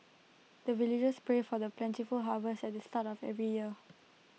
the villagers pray for the plentiful harvest at the start of every year